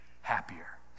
happier